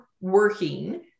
working